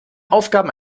aufgaben